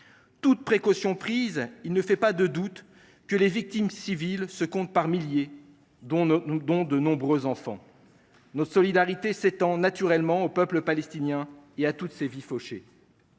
Toutes précautions prises, il ne fait pas de doute que les victimes civiles se comptent par milliers, dont de nombreux enfants. Notre solidarité s’étend naturellement au peuple palestinien et à toutes ces vies fauchées.